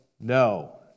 no